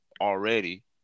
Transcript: already